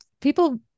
people